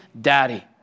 Daddy